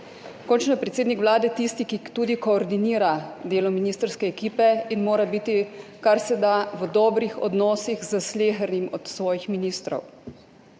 Končno je predsednik Vlade tisti, ki tudi koordinira delo ministrske ekipe in mora biti kar se da v dobrih odnosih s slehernim od svojih ministrov.